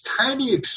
tiny